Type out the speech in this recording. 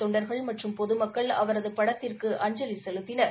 தொண்டர்கள் மற்றும் பொதுமக்கள் அவரது படத்திற்கு அஞ்சலி செலுத்தினர்